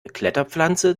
kletterpflanze